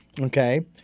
Okay